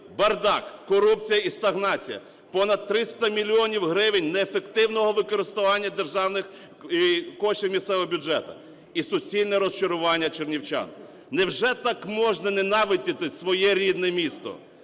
бардак, корупція і стагнація, понад 300 мільйонів гривень неефективного використання державних коштів місцевого бюджету і суцільне розчарування чернівчан. Невже так можна ненавидіти своє рідне місто?